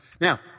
Now